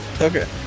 Okay